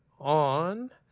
on